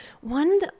one